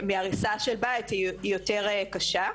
מהריסה של בית היא יותר קשה,